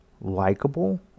likable